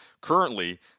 currently